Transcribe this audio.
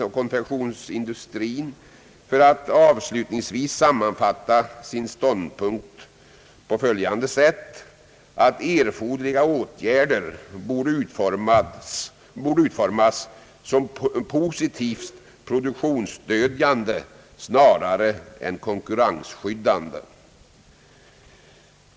och konfektionsindustrin för att avslutningsvis sammanfatta sin synpunkt sålunda, att erforderliga åtgärder borde utformas som positivt produktionsstödjande snarare än konkurrensskyddande.